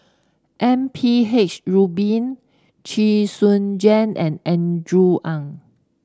M P H Rubin Chee Soon Juan and Andrew Ang